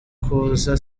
kuza